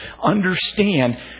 understand